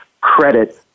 credit